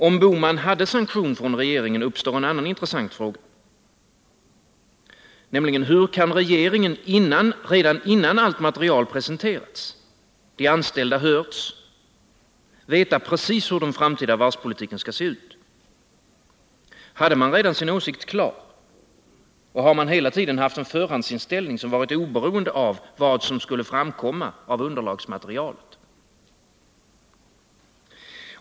Om herr Bohman hade sanktion från regeringen uppstår en annan intressant fråga: Hur kan regeringen redan innan allt material presenterats och de anställda hörts veta precis hur den framtida varvspolitiken skall se ut? Hade man redan sin åsikt klar? Har man hela tiden haft en förhandsinställning, som varit oberoende av vad som skulle framkomma av underlagsmaterialet?